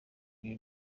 ibi